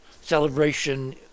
celebration